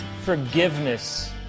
forgiveness